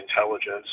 intelligence